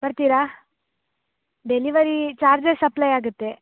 ಬರ್ತೀರಾ delivery charges apply ಆಗುತ್ತೆ